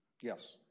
yes